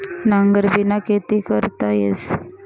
नांगरबिना खेती करता येस